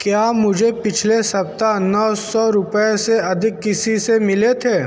क्या मुझे पिछले सप्ताह नौ सौ रुपये से अधिक किसी से मिले थे